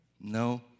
No